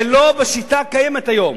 ולא בשיטה הקיימת היום.